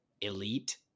elite